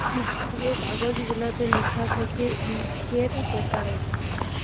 যে কাগজ গুলাতে লিখা থ্যাকে ইস্টকের ব্যাপারে